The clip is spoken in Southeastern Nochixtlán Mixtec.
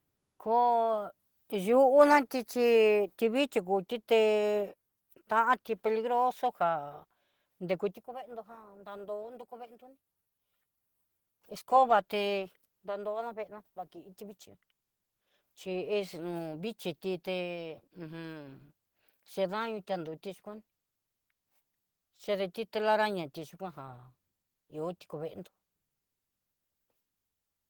Koo yu'onati xhí tí xhivichi kú tité tanti peligroso ká'a dekuti kuveedó jan dandó dukuveendó ní escoba, té dandó veená vakití vichí, chí es no vixhí ti té uju che daño té tanoxtixman dechetí telarañatí tixhua jan ihó chikoveendó.